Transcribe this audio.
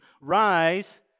Rise